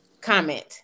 comment